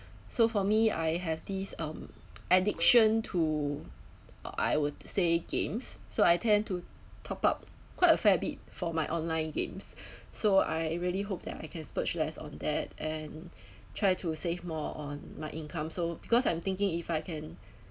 so for me I have these um addiction to I would say games so I tend to top up quite a fair bit for my online games so I really hope that I can splurge less on that and try to save more on my income so because I'm thinking if I can